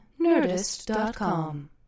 Nerdist.com